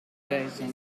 wezen